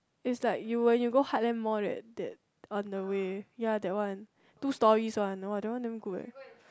it's like you when you go Heartland Mall that that on the way ya that one two storeys !wah! that one damn good eh